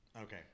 Okay